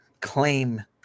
claim